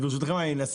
ברשותכם אנסה